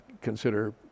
consider